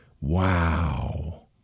Wow